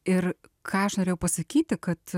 ir ką aš norėjau pasakyti kad